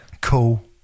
Cool